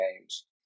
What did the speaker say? games